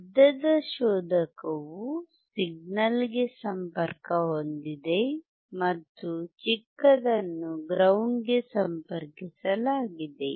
ಉದ್ದದ ಶೋಧಕವು ಸಿಗ್ನಲ್ಗೆ ಸಂಪರ್ಕ ಹೊಂದಿದೆ ಮತ್ತು ಚಿಕ್ಕದನ್ನು ಗ್ರೌಂಡ್ ಗೆ ಸಂಪರ್ಕಿಸಲಾಗಿದೆ